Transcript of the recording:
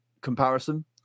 comparison